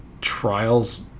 trials